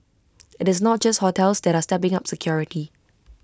IT is not just hotels that are stepping up security